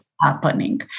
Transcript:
happening